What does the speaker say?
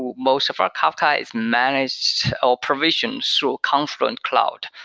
most of our kafka is managed or provisioned through confluent cloud,